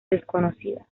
desconocidas